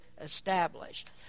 established